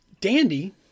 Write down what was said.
Dandy